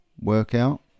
workout